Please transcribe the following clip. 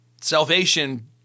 salvation